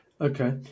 Okay